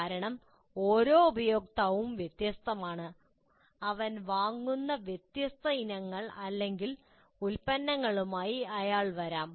കാരണം ഓരോ ഉപയോക്താവും വ്യത്യസ്തമാണ് അവൻ വാങ്ങുന്ന വ്യത്യസ്ത ഇനങ്ങൾ അല്ലെങ്കിൽ ഉൽപ്പന്നങ്ങളുമായി അയാൾ വരാം